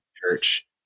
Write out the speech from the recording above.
church